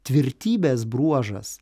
tvirtybės bruožas